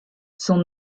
sont